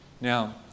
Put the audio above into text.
Now